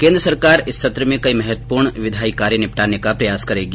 केन्द्र सरकार इस सत्र में कई महत्वपूर्ण विधायी कार्य निपटाने का प्रयास करेगी